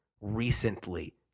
recently